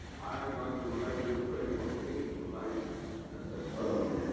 i'm going to let you pray for me tonight at vespers.